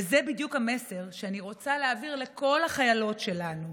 וזה בדיוק המסר שאני רוצה להעביר לכל החיילות שלנו.